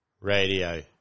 Radio